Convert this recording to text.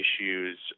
issues